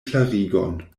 klarigon